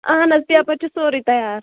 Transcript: اہن حظ پیپَر چھُ سورٕے تیار